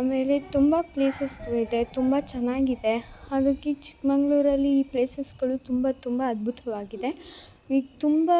ಆಮೇಲೆ ತುಂಬ ಪ್ಲೇಸಸ್ ಇದೆ ತುಂಬ ಚೆನ್ನಾಗಿದೆ ಹಾಗಾಗಿ ಚಿಕ್ಕಮಂಗ್ಳೂರಲ್ಲಿ ಈ ಪ್ಲೇಸಸ್ಗಳು ತುಂಬ ತುಂಬ ಅದ್ಬುತವಾಗಿದೆ ಈಗ ತುಂಬ